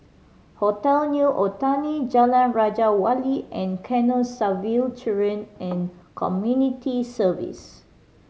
Hotel New Otani Jalan Raja Wali and Canossaville Children and Community Services